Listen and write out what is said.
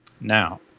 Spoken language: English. Now